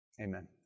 Amen